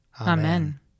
Amen